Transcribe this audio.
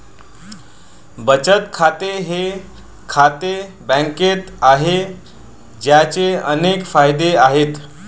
बचत खाते हे खाते बँकेत आहे, ज्याचे अनेक फायदे आहेत